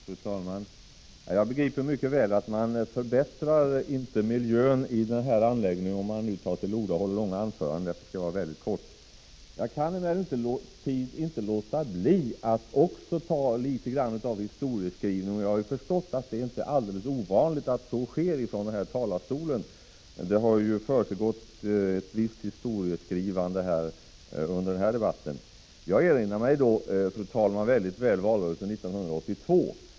Fru talman! Jag begriper mycket väl att det inte förbättrar miljön i den här anläggningen om man nu tar till orda och håller långa anföranden, och därför skall jag fatta mig mycket kort. Jag kan emellertid inte låta bli att också litet grand ge en historieskrivning — jag har förstått att det inte är så ovanligt att man gör det från den här talarstolen. Det har också försiggått visst historieskrivande under denna debatt. Jag erinrar mig mycket väl valrörelsen 1982.